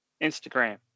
Instagram